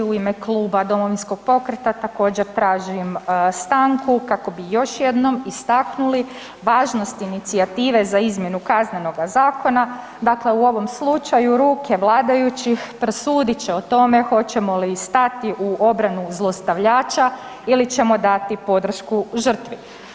ime kluba Domovinskog pokreta također tražim stanku kako bi još jednom istaknuli važnost inicijative za izmjenu Kaznenoga zakona, dakle u ovom slučaju ruke vladajućih presudit će o tome hoćemo li stati u obranu zlostavljača ili ćemo dati podršku žrtvi.